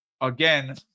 again